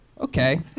Okay